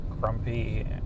grumpy